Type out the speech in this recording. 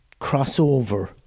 crossover